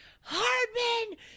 Hardman